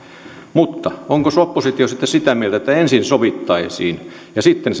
mutta onkos oppositio sitten sitä mieltä että ensin sovittaisiin ja sitten